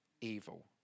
evil